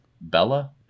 bella